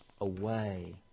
away